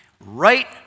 Right